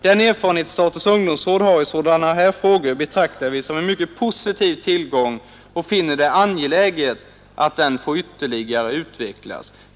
Den erfarenhet Statens Ungdomsråd har i sådana frågor betraktar vi som en mycket positiv tillgång och finner det angeläget att den får ytterligare utvecklas.